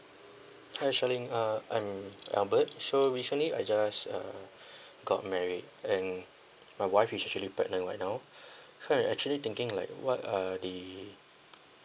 hi charline uh I am albert so recently I just uh got married and my wife's actually pregnant right now so I actually thinking like what are the